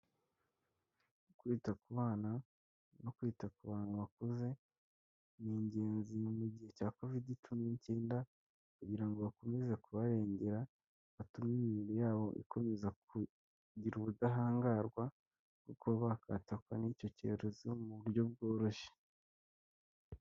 Kwita ku bana no kwita ku bantu bakuze, ni ingenzi mu gihe cya Covid cumi n'ikenda, kugira ngo bakomeze kubarengera, batume imibiri yabo ikomeza kugira ubudahangarwa, kuba bakatakwa n'icyo cyorezo mu buryo bworoshye.